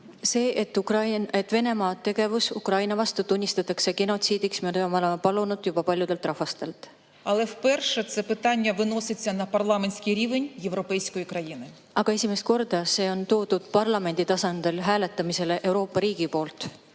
Seda, et Venemaa tegevus Ukraina vastu tunnistatakse genotsiidiks, oleme me palunud paljudelt rahvastelt, aga esimest korda on see toodud parlamendi tasandil hääletamisele Euroopa riigi poolt.